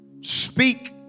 speak